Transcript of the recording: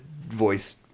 voice